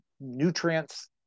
nutrients